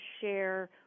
share